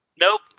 Nope